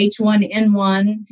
H1N1